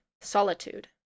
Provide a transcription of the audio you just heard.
Solitude